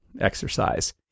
exercise